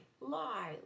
lie